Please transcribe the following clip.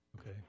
Okay